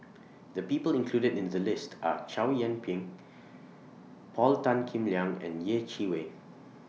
The People included in The list Are Chow Yian Ping Paul Tan Kim Liang and Yeh Chi Wei